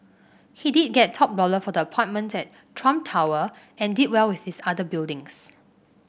he did get top dollar for the apartments at Trump Tower and did well with his other buildings